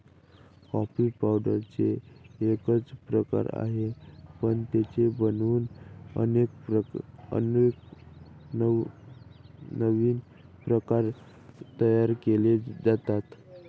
coffee पावडरचा एकच प्रकार आहे, पण ते बनवून अनेक नवीन प्रकार तयार केले जातात